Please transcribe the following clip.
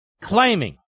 claiming